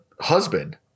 husband